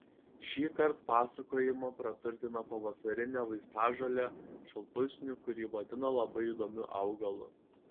šįkart pasakojimą praturtina pavasarine vaistažole šalpusniu kurį vadina labai įdomiu augalu